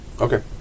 Okay